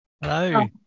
Hello